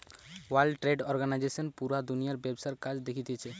world trade organization পুরা দুনিয়ার ব্যবসার কাজ দেখতিছে